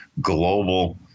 global